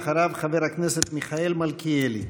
אחריו, חבר הכנסת מיכאל מלכיאלי.